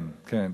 כן, כן.